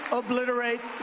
obliterate